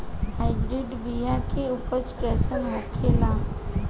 Hybrid बीया के उपज कैसन होखे ला?